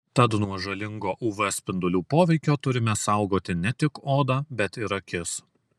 tad nuo žalingo uv spindulių poveikio turime saugoti ne tik odą bet ir akis